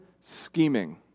scheming